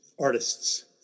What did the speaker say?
artists